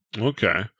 Okay